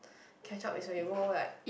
catch up is when you go like